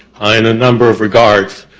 in a number of regards.